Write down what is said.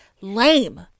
lame